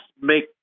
make